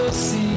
see